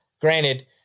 granted